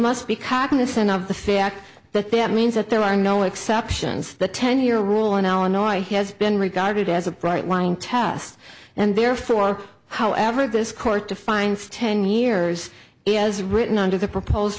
must be cognizant of the fact that that means that there are no exceptions the ten year rule in eleanor has been regarded as a bright line test and therefore however this court defines ten years as written under the propose